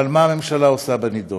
אבל מה הממשלה עושה בנידון?